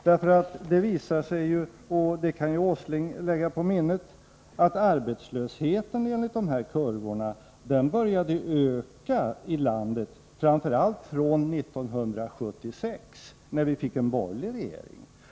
Det visar sig nämligen — och det kan Nils Åsling lägga på minnet — att arbetslösheten började öka i det här landet framför allt från 1976, när vi fick en borgerlig regering.